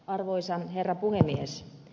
arvoisa herra puhemies